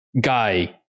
guy